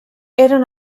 eren